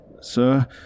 sir